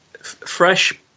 fresh